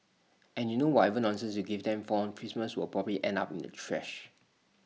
and you know whatever nonsense you give them for on Christmas will probably end up in the trash